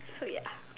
so ya